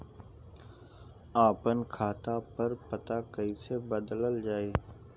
आपन खाता पर पता कईसे बदलल जाई?